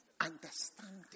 understanding